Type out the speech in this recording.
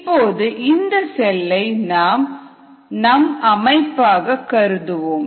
இப்போது இந்த செல்லை நாம் நம் அமைப்பாக கருதுவோம்